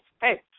hey